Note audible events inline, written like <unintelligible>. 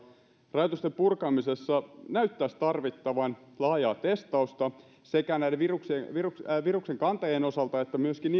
rajoitusten purkamisessa näytettäisiin tarvittavan laajaa testausta sekä näiden viruksen kantajien osalta että myöskin <unintelligible>